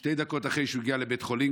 ושתי דקות אחרי שהוא הגיע לבית החולים,